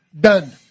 Done